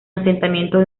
asentamiento